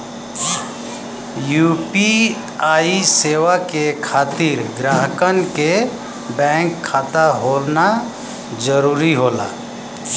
UPI सेवा के खातिर ग्राहकन क बैंक खाता होना जरुरी होला